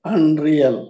Unreal